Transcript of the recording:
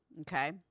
Okay